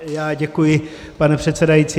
Já děkuji, pane předsedající.